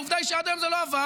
העובדה היא, שעד היום זה לא עבר.